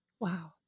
Wow